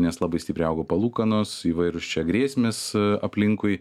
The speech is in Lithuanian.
nes labai stipriai augo palūkanos įvairūs čia grėsmės aplinkui